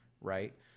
Right